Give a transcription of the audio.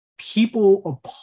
people